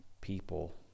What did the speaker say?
people